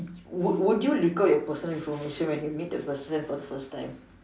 would would you leak your personal information when you meet the person for the first time